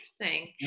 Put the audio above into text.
interesting